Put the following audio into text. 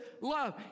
love